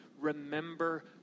remember